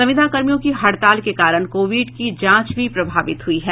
संविदा कर्मियों की हड़ताल के कारण कोविड की जांच भी प्रभावित हुई है